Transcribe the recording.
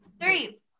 three